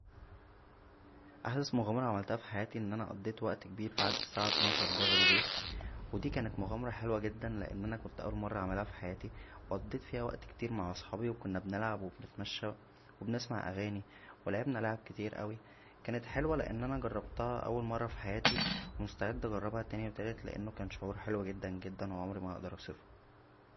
احدث مغامره عملتها فحياتى ان انا قضيت وقت كبير بعد الساعه اتناشر برا البيت ودى كانت مغامره حلوه جدا لان انا كنت اول مره اعملها فحياتى وقضيت فيها وقت كتير مع صحابى وكنا بنلعب و بنتمشى وبنسمع اغانى ولعبنا لعب كتير اوى كانت حلوه لان انا جربتها اول مره فحياتى ومستعد اجربها تانى وتالت لانه كان شعور حلو جدا جدا و عمرى ما هقدر اوصفه